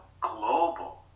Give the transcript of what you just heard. global